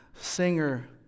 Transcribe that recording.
singer